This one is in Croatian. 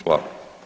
Hvala.